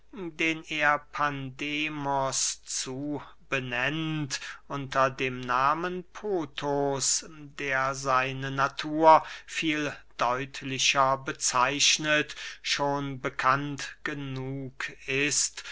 den er pandemos zubenannt unter dem nahmen pothos der seine natur viel deutlicher bezeichnet schon bekannt genug ist